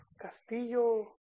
Castillo